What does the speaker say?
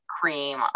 cream